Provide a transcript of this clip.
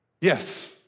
Yes